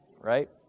right